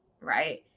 right